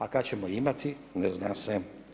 A kad ćemo imat, ne zna se.